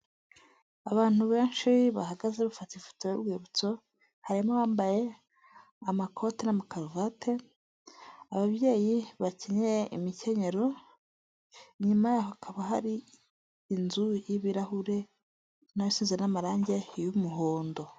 Abantu benshi bahagaze bafata ifoto y'urwibutso, harimo abambaye amakoti n'amakaruvate, ababyeyi bakenyeye imikenyero, inyuma yaho hakaba hari inzu y'ibirahure, na yo isize n'amarange y'umuhondo.